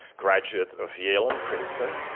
graduate of yale and princeton,